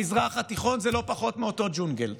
המזרח התיכון הוא לא פחות מאותו ג'ונגל,